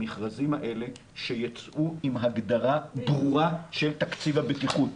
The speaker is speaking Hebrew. המכרזים האלה שייצאו עם הגדרה ברורה של תקציב הבטיחות.